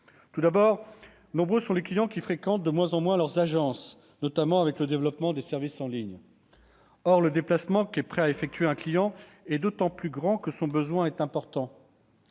Tout d'abord, nombreux sont les clients qui fréquentent de moins en moins leur agence, notamment avec le développement des services en ligne. Or le déplacement qu'un client est prêt à effectuer est d'autant plus long que ses besoins sont importants.